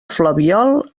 flabiol